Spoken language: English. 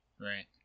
Right